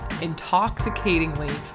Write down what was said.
intoxicatingly